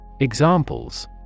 Examples